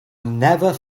never